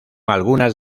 algunas